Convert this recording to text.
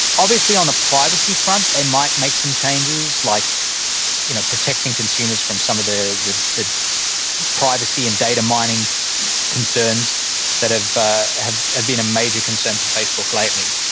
obviously on the privacy front they might make some changes, like you know protecting consumers from some of the the privacy and data mining concerns that have ah have been a major concern for facebook lately.